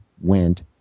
went